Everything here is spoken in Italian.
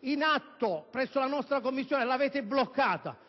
in atto presso la nostra Commissione e che avete bloccato.